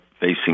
facing